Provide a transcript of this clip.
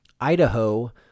Idaho